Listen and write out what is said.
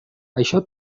això